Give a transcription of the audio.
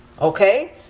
Okay